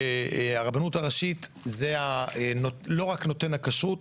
הרבנות הראשית זה לא רק נותן הכשרות,